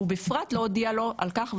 ובפרט לא הודיע לו על כך,